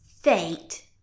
Fate